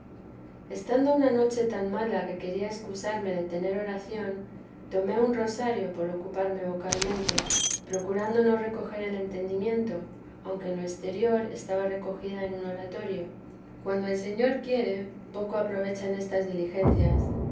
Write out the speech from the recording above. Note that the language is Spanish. estando una noche tan mala que quería excusarme de tener oración tomé un rosario por ocuparme vocalmente procurando no recoger el entendimiento aunque en jo exterior estaba recogida en un oratorio cuando el señor quiere poco aprovechan estas diligencias